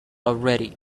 already